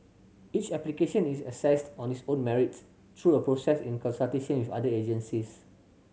each application is assessed on its own merits through a process in consultation with other agencies